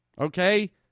Okay